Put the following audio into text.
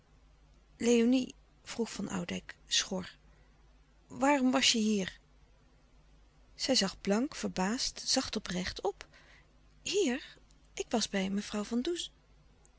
léonie vroeg van oudijck schor waarom was je hier zij zag blank verbaasd zacht oprecht op hier ik was bij mevrouw van